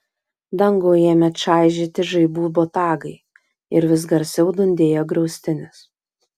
dangų ėmė čaižyti žaibų botagai ir vis garsiau dundėjo griaustinis